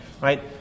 right